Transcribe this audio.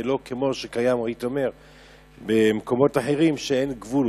ולא כמו שקיים במקומות אחרים שאין גבול.